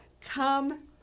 Come